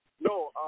No